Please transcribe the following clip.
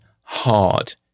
hard